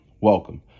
welcome